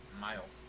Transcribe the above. miles